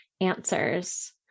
answers